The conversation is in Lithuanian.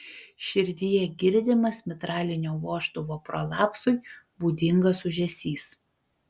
širdyje girdimas mitralinio vožtuvo prolapsui būdingas ūžesys